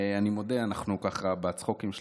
אנחנו ככה בצחוקים שלנו מאחור,